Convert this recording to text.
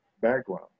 background